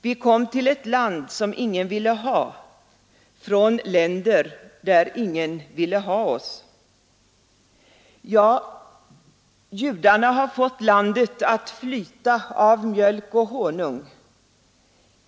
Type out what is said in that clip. Vi kom till ett land som ingen ville ha från länder där ingen ville ha oss.” Ja, judarna har fått landet att flyta av mjölk och honung.